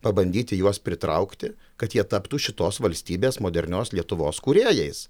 pabandyti juos pritraukti kad jie taptų šitos valstybės modernios lietuvos kūrėjais